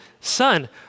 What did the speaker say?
son